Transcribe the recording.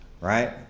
right